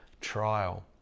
trial